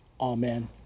Amen